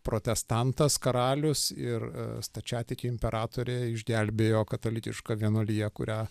protestantas karalius ir stačiatikių imperatorė išgelbėjo katalikišką vienuoliją kurią